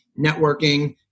networking